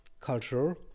culture